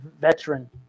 veteran